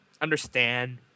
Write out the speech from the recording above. understand